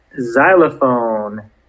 xylophone